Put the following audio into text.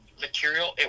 material